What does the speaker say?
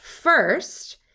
first